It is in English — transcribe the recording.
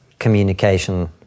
communication